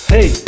Hey